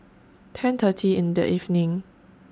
ten thirty in The evening